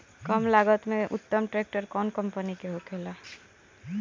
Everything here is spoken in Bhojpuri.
कम लागत में उत्तम ट्रैक्टर कउन कम्पनी के होखेला?